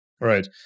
Right